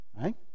right